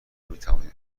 میتوانید